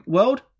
World